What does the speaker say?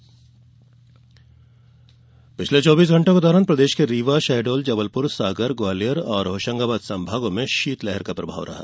मौसम पिछले चौबीस घण्टों के दौरान प्रदेश के रीवा शहडोल जबलपुर सागर ग्वालियर और होशंगाबाद संभागों में शीतलहर का प्रभाव रहा